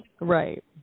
Right